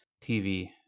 TV